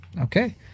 Okay